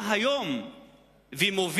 שבא היום ומוביל,